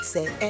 Say